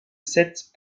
sète